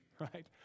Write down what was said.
right